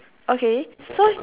okay so